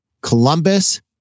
Columbus